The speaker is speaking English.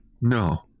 No